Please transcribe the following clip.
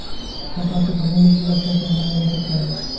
कपास से फफूंदी कीड़ा कैसे हटाया जा सकता है?